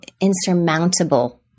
insurmountable